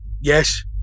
Yes